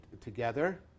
together